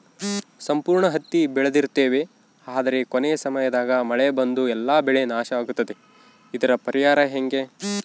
ಸಂಪೂರ್ಣ ಹತ್ತಿ ಬೆಳೆದಿರುತ್ತೇವೆ ಆದರೆ ಕೊನೆಯ ಸಮಯದಾಗ ಮಳೆ ಬಂದು ಎಲ್ಲಾ ಬೆಳೆ ನಾಶ ಆಗುತ್ತದೆ ಇದರ ಪರಿಹಾರ ಹೆಂಗೆ?